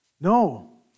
No